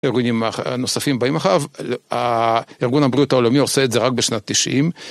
ארגונים נוספים באים אחריו, ארגון הבריאות העולמי עושה את זה רק בשנת 90.